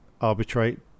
arbitrate